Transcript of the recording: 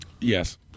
Yes